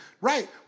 right